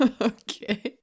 Okay